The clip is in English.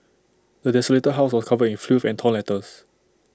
the desolated house was covered in filth and torn letters